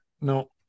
no